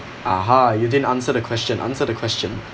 (uh huh) you didn't answer the question answer the question